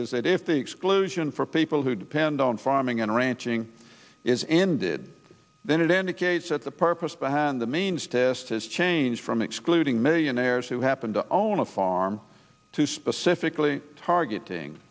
if the exclusion for people who depend on farming and ranching is ended then it indicates that the purpose behind the means test has changed from excluding millionaires who happened to own a farm to specifically targeting